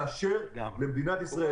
ולמדינת ישראל,